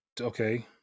okay